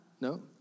No